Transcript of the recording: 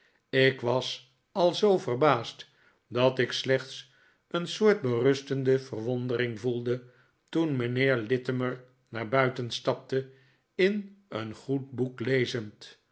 ik was al zoo verbaasd dat ik slechts een soort berustende verwondering voelde toen mijnheer littimer naar buiten stapte in een goed boek lezend